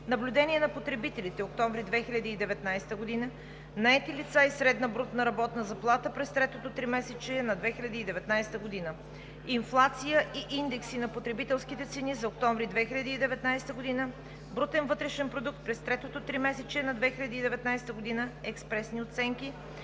Наблюдение на потребителите, октомври 2019 г.; Наети лица и средна брутна работна заплата през третото тримесечие на 2019 г.; Инфлация и индекси на потребителските цени за октомври 2019 г.; Брутен вътрешен продукт през третото тримесечие на 2019 г., експресни оценки;